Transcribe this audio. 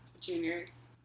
Juniors